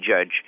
judge